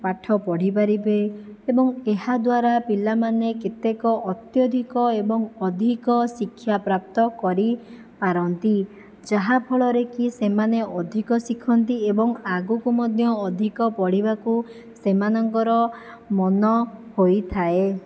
ପାଠ ପଢ଼ିପାରିବେ ଏବଂ ଏହାଦ୍ଵାରା ପିଲାମାନେ କେତେକ ଅତ୍ୟଧିକ ଏବଂ ଅଧିକ ଶିକ୍ଷାପ୍ରାପ୍ତ କରି ପାରନ୍ତି ଯାହାଫଳରେ କି ସେମାନେ ଅଧିକ ଶିଖନ୍ତି ଏବଂ ଆଗକୁ ମଧ୍ୟ ଅଧିକ ପଢ଼ିବାକୁ ସେମାନଙ୍କର ମନ ହୋଇଥାଏ